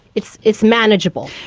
it's it's manageable.